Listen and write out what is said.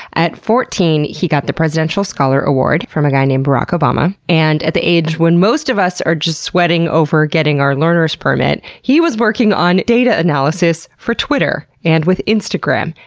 at fourteen, he got the presidential scholar award from a guy named barack obama. and at the age when most of us are just sweating over getting our learner's permit, he was working on data analysis for twitter, and with instagram,